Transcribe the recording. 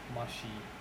mushy